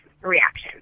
reaction